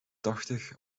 tachtig